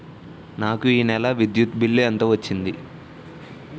నాకు ఈ నెల విద్యుత్ బిల్లు ఎంత వచ్చింది?